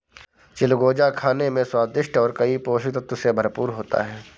चिलगोजा खाने में स्वादिष्ट और कई पोषक तत्व से भरपूर होता है